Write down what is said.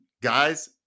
Guys